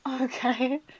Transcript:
Okay